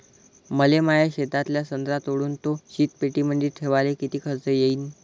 मले माया शेतातला संत्रा तोडून तो शीतपेटीमंदी ठेवायले किती खर्च येईन?